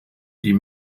die